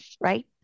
right